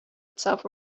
itself